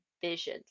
vision